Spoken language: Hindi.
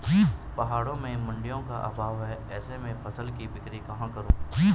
पहाड़ों में मडिंयों का अभाव है ऐसे में फसल की बिक्री कहाँ करूँ?